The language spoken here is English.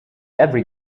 every